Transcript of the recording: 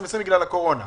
בגלל הקורונה?